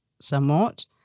somewhat